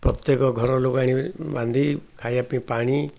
ପ୍ରତ୍ୟେକ ଘର ଲୋକ ଆଣି ବାନ୍ଧି ଖାଇବା ପାଇଁ ପାଣି